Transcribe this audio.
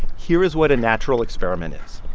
here is what a natural experiment is.